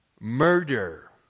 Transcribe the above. Murder